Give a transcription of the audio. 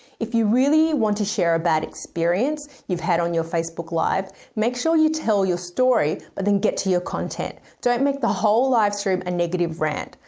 if you really want to share a bad experience you've had on your facebook live, make sure you tell your story, but then get to your content. don't make the whole livestream a negative rant.